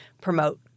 promote